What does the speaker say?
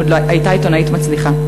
עוד הייתה עיתונאית מצליחה,